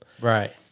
Right